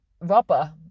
rubber